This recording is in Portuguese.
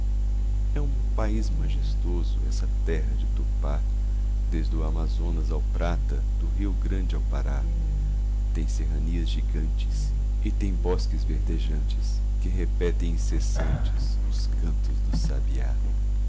é um país majestoso essa terra de upá eso amazonas ao prata do rio grande ao pará tem serranias gigantes e tem bosques verdejantes que repetem incessantes os cantos do sabiá